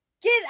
Get